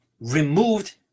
removed